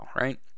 right